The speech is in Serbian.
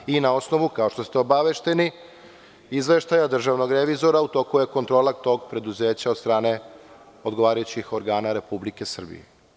Naravno i na osnovu, kao što ste obavešteni, izveštaja državnog revizora, u toku je kontrola tog preduzeća od strane odgovarajućih organa Republike Srbije.